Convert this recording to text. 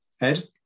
Ed